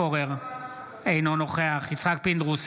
אינו נוכח יצחק פינדרוס,